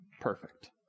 perfect